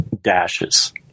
dashes